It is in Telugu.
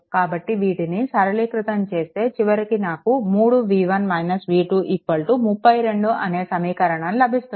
కాబట్టి వీటిని సరళీకృతం చేస్తే చివరికి నాకు 3v1 v2 32 అనే సమీకరణం లభిస్తుంది